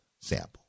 sample